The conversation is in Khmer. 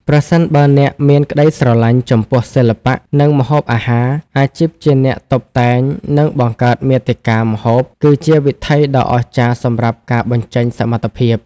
ប្រសិនបើអ្នកមានក្តីស្រឡាញ់ចំពោះសិល្បៈ និងម្ហូបអាហារ អាជីពជាអ្នកតុបតែង និងបង្កើតមាតិកាម្ហូប គឺជាវិថីដ៏អស្ចារ្យសម្រាប់ការបញ្ចេញសមត្ថភាព។